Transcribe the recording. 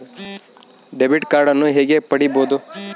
Debit ಕಾರ್ಡನ್ನು ಹೇಗೆ ಪಡಿಬೋದು?